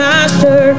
Master